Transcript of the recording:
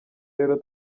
rero